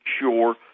sure